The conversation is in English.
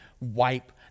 wipe